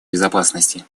безопасности